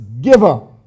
giver